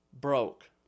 broke